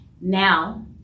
Now